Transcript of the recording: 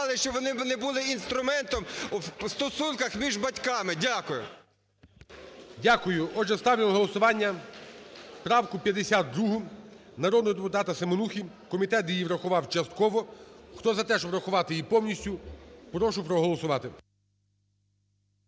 Дякую. Отже, ставлю на голосування правку 52 народного депутата Семенухи. Комітет її врахував частково. Хто за те, щоб врахувати її повністю, прошу проголосувати.